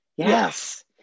Yes